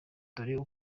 dore